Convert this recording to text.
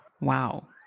wow